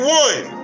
one